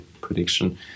prediction